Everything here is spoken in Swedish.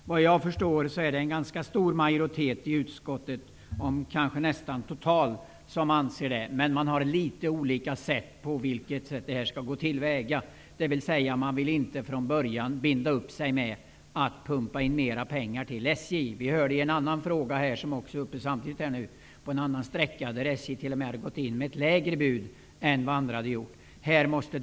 Såvitt jag förstår är det en ganska stor majoritet i utskottet -- det råder nästan total enighet -- som anser det, men man har litet olika syn på hur vi skall gå till väga. Man vill inte från början binda upp sig för att pumpa in mer pengar till SJ. Vi hörde i en annan debatt angående en annan sträcka att SJ t.o.m. gått in med ett lägre bud än vad andra hade gjort.